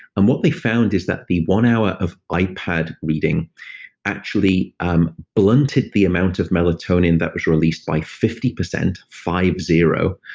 and what they found is that the one hour of ipad reading actually um blunted the amount of melatonin that was released by fifty percent, five-zero.